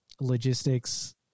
logistics